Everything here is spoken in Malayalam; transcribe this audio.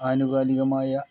ആനുകാലികമായ